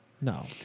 No